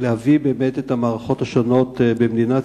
להביא באמת את המערכות השונות במדינת